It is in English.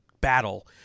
battle